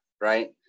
right